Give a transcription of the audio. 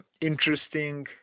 interesting